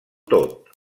tot